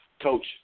coach